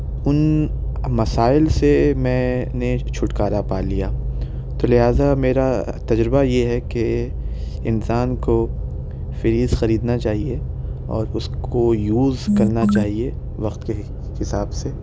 اُن مسائل سے میں نے چھٹکارا پا لیا تو لہذا میرا تجربہ یہ ہے کہ انسان کو فریج خریدنا چاہیے اور اُس کو یوز کرنا چاہیے وقت کے حساب سے